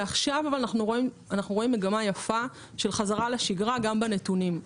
אנחנו עכשיו רואים מגמה יפה של חזרה לשגרה גם בנתונים.